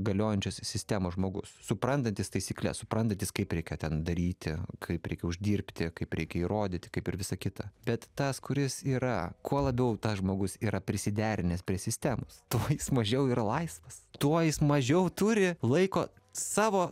galiojančios sistemos žmogus suprantantis taisykles suprantantis kaip reikia ten daryti kaip reikia uždirbti kaip reikia įrodyti kaip ir visa kita bet tas kuris yra kuo labiau tas žmogus yra prisiderinęs prie sistemos tuo mažiau yra laisvas tuo jis mažiau turi laiko savo